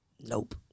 Nope